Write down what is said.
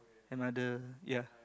another ya